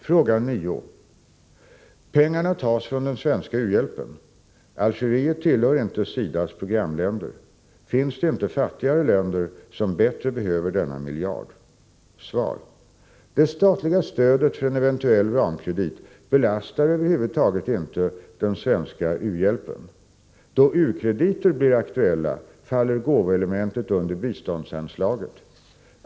Fråga 9: Pengarna tas från den svenska u-hjälpen. Algeriet tillhör inte SIDA:s programländer. Finns det inte fattigare länder som bättre behöver denna miljard? Svar: Det statliga stödet för en eventuell ramkredit belastar över huvud taget inte den svenska u-hjälpen. Då u-krediter blir aktuella faller gåvoelementet under biståndsanslaget.